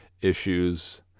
issues